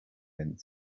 mint